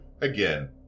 Again